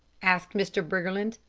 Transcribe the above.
asked mr. briggerland.